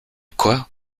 quoi